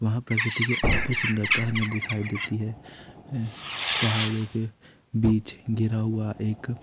वहाँ प्रकृति के अद्भुत सुंदरता हमें दिखाई देती है पहाड़ों के बीच गिरा हुआ एक